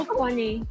funny